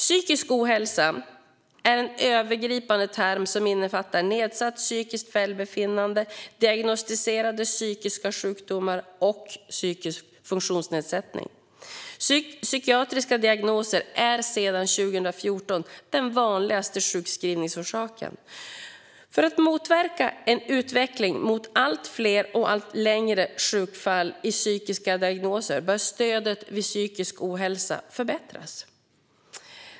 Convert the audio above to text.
Psykisk ohälsa är en övergripande term som innefattar nedsatt psykiskt välbefinnande, diagnosticerade psykiska sjukdomar och psykisk funktionsnedsättning. Psykiatriska diagnoser är sedan 2014 den vanligaste sjukskrivningsorsaken. För att motverka en utveckling mot allt fler och allt längre sjukfall i psykiska diagnoser bör stödet vid psykisk ohälsa förbättras.